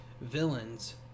villains